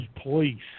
police